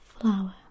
Flower